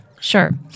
Sure